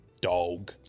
dog